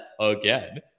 again